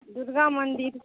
दुर्गा मन्दिर